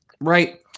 right